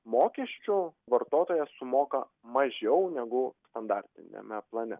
mokesčiu vartotojas sumoka mažiau negu standartiniame plane